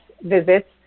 visits